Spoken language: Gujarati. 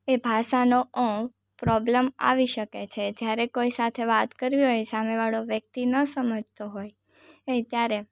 એ ભાષાનો પ્રોબલમ આવી શકે છે જ્યારે કોઈ સાથે વાત કરવી હોય સામેવાળો વ્યક્તિ ન સમજતો હોય ત્યારે